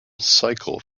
cycle